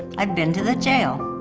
i'd been to the jail.